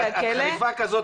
את אלופה כזאת,